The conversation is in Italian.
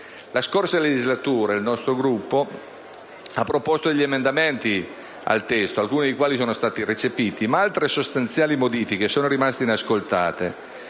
scorsa legislatura il nostro Gruppo ha proposto degli emendamenti al testo, alcuni dei quali sono stati recepiti, ma altre e sostanziali modifiche sono rimaste inascoltate